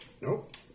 Nope